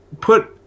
put